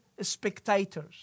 spectators